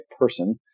person